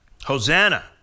Hosanna